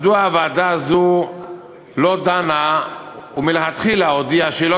מדוע הוועדה הזאת לא דנה ומלכתחילה לא הודיעה שלא